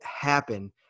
happen